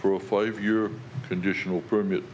for a five year conditional permit